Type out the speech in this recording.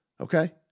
okay